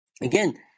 Again